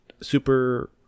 super